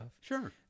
Sure